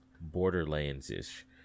Borderlands-ish